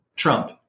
Trump